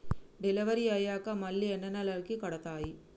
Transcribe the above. Delivery అయ్యాక మళ్ళీ ఎన్ని నెలలకి కడుతాయి?